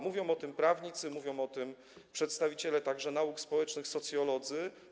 Mówią o tym prawnicy, mówią o tym przedstawiciele także nauk społecznych, socjolodzy.